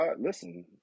listen